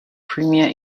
premiere